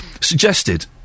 suggested